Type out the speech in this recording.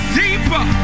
deeper